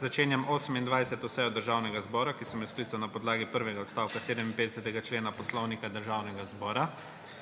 Začenjam 28. sejo Državnega zbora, ki sem jo sklical na podlagi prvega odstavka 57. člena Poslovnika Državnega zbora.